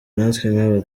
natwe